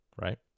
right